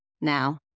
Now